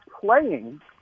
playing